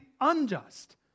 unjust